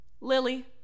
Lily